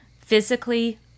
physically